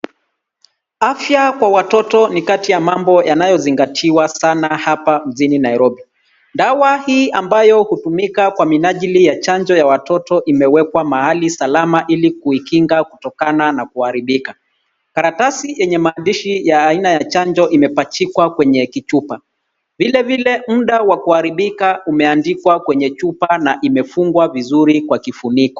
Afya kwa watoto ni kati ya mambo yanayozingatiwa sana hapa mjini Nairobi. Dawa hii ambayo hutumika kwa minajili ya chanjo ya watoto imewekwa mahali salama ili kuikinga kutokana na kuharibika. Karatasi yenye maandishi ya aina ya chanjo imepachikwa kwenye kichupa. Vilivile muda wa kuharibika umeandikwa kwenye chupa na imefungwa vizuri kwa kifuniko.